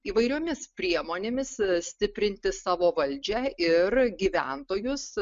įvairiomis priemonėmis stiprinti savo valdžią ir gyventojus